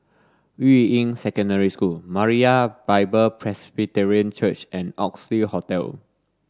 Yuying Secondary School Moriah Bible Presby Church and Oxley Hotel